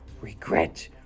regret